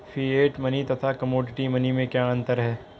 Fiat money तथा commodity money में क्या अंतर है?